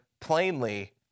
plainly